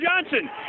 Johnson